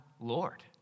Lord